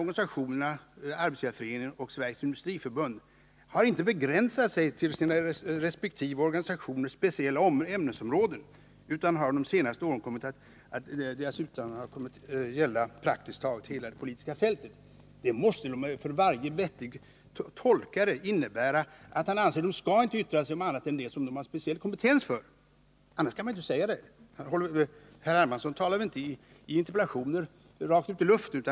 Han säger att Arbetsgivareföreningen och Sveriges Industriförbund inte har begränsat sig till sina resp. organisationers speciella ämnesområden, utan att deras uttalanden under de senaste åren har kommit att gälla praktiskt taget hela det politiska fältet. Det måste av varje vettig tolkare uppfattas så, att han anser att organisationerna inte skall yttra sig om annat än det som de har speciell kompetens att uttala sig om. Annars skulle herr Hermansson inte ha uttalat sig som han gjort. Herr Hermansson talar väl isina interpellationer inte rakt ut i luften.